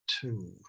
two